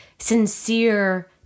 Sincere